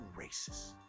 racist